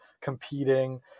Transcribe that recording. competing